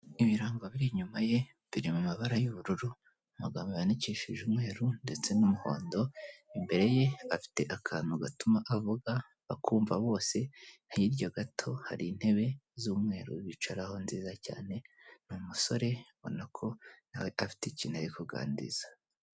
Ibirango biri inyuma ye biri mu mabara y'ubururu, amagambo yandikishije umweru ndetse n'umuhondo, imbere ye afite akantu gatuma avuga bakumva bose, hirya gato hari intebe z'umweru bicaraho nziza cyane, ni umusore mpamya ko afite ikintu ari kuganiriza.